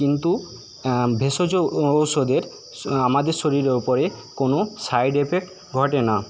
কিন্তু ভেষজ ঔষধের আমাদের শরীরের ওপরে কোনো সাইড এফেক্ট ঘটে না